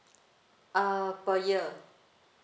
uh per year